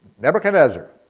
Nebuchadnezzar